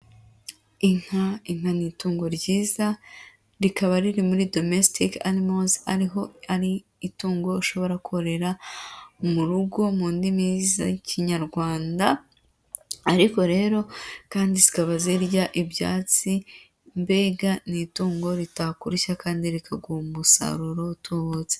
Inka, inka ni itungo ryiza rikaba riri muri domestic animals, ariho ari itungo ushobora kororera mu rugo mu ndimi z'Ikinyarwanda, ariko rero kandi zikaba zirya ibyatsi mbega ni itungo ritakurushya kandi rikaguha umusaruro utubutse.